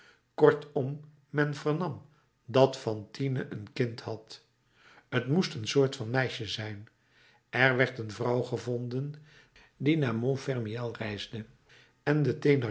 kortom men vernam dat fantine een kind had t moest een soort van meisje zijn er werd een vrouw gevonden die naar montfermeil reisde de